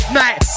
night